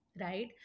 right